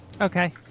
Okay